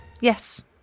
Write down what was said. yes